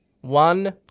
one